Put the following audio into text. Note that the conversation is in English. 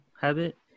habit